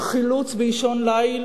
עם חילוץ באישון ליל